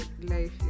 Life